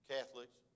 Catholics